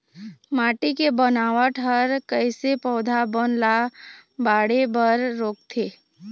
माटी के बनावट हर कइसे पौधा बन ला बाढ़े बर रोकथे?